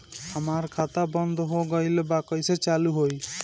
हमार खाता बंद हो गइल बा कइसे चालू होई?